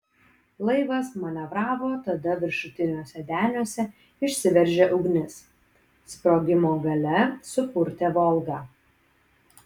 laivas manevravo tada viršutiniuose deniuose išsiveržė ugnis sprogimo galia supurtė volgą